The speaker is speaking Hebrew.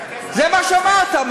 זה מה שאמרת.